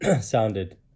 sounded